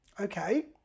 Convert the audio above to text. Okay